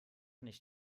nicht